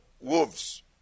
wolves